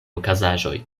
okazaĵoj